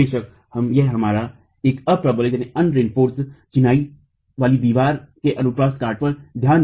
बेशक यहां हमने एक अ प्रबलित चिनाई वाली दीवार के अनुप्रस्थ काट पर ध्यान दे